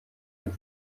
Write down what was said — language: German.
dem